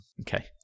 Okay